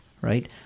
right